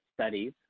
studies